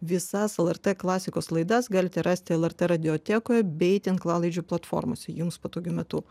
visas lrt klasikos laidas galite rasti lrt radiotekoje bei tinklalaidžių platformose jums patogiu metu